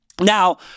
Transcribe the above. Now